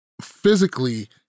physically